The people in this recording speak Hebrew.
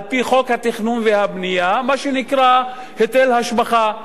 על-פי חוק התכנון והבנייה, מה שנקרא היטל השבחה,